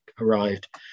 arrived